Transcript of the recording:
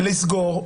לסגור,